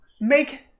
make